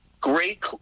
Great